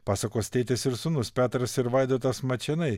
pasakos tėtis ir sūnus petras ir vaidotas mačėnai